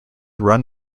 run